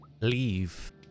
leave